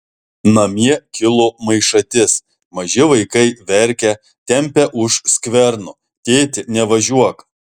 namie kilo maišatis maži vaikai verkia tempia už skverno tėti nevažiuok